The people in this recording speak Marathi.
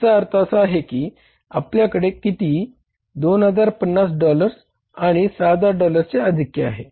याचा अर्थ असा आहे की आपल्याकडे किती 2050 डॉलर्स आणि 6000 डॉलर्सचे आधिक्य आहे